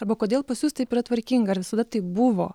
arba kodėl pas jus taip yra tvarkinga ar visada taip buvo